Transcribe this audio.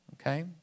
Okay